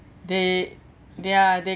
they they are they